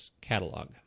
catalog